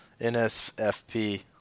NSFP